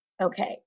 Okay